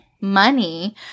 money